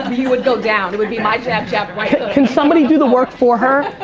um you would go down. it would be my jab jab right hook. can somebody do the work for her?